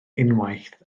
unwaith